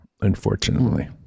unfortunately